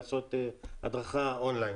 לעשות הדרכה אונליין.